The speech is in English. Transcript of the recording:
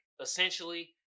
essentially